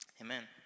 Amen